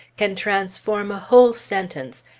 can transform a whole sentence,